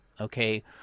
okay